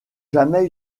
jamais